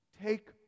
Take